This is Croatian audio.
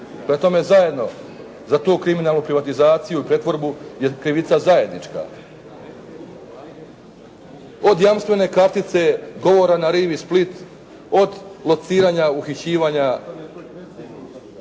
Prema tome, zajedno za tu kriminalnu privatizaciju i pretvorbu je krivica zajednička. Od jamstvene kartice, do … /Ne razumije se./ … Split, od lociranja, uhićivanja,